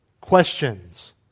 questions